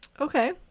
Okay